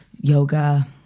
yoga